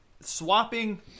Swapping